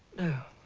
no.